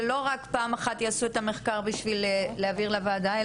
שלא רק פעם אחת יעשו את המחקר בשביל להעביר לוועדה.